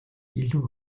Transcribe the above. илүү